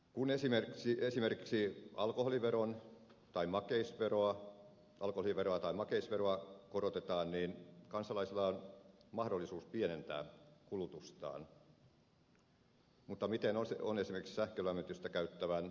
kun esimerkiksi alkoholiveroa tai makeisveroa korotetaan niin kansalaisilla on mahdollisuus pienentää kulutustaan mutta miten on esimerkiksi sähkölämmitystä käyttävän omakotitaloasujan laita